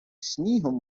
снігом